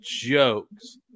jokes